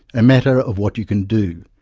a matter of what you can do,